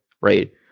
right